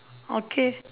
okay